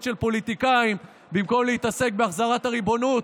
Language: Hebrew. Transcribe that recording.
של פוליטיקאים במקום להתעסק בהחזרת הריבונות,